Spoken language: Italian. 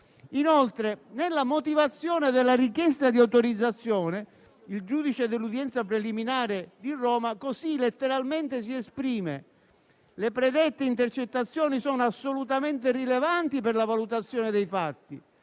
Inoltre, nella motivazione della richiesta di autorizzazione, il giudice dell'udienza preliminare di Roma così letteralmente si esprime: «Le predette intercettazioni sono assolutamente rilevanti per la valutazione dei fatti.